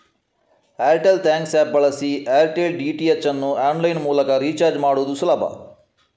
Airtel thanks app ಬಳಸಿ Airtel DTH ಅನ್ನು online ಮೂಲಕ ರೀಚಾರ್ಜ್ ಮಾಡುದು ಸುಲಭ